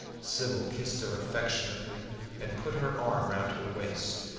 sybil kissed her affectionately and put her arm round her waist.